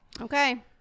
okay